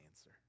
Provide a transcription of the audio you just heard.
answer